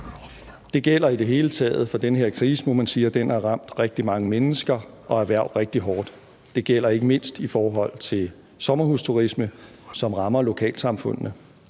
Det gælder i det hele taget for den her krise, må man sige, at den har ramt rigtig mange mennesker og erhverv rigtig hårdt. Det gælder ikke mindst i forhold til sommerhusturisme, som rammer lokalsamfundene.